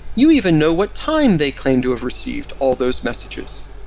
you even know what time they claim to have received all those messages.